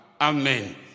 Amen